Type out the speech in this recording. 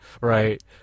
Right